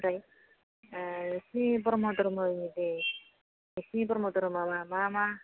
निफ्राइ नोंसोरनि ब्रम्ह धोरोमनि बे नोंसोरनि ब्रम्ह धोरोमआव मा मा